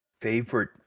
Favorite